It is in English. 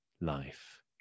life